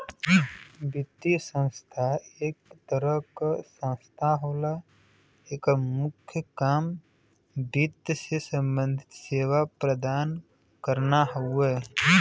वित्तीय संस्था एक तरह क संस्था होला एकर मुख्य काम वित्त से सम्बंधित सेवा प्रदान करना हउवे